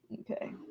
Okay